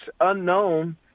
unknown